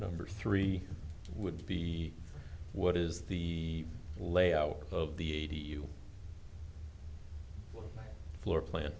number three would be what is the layout of the eighty you floor plan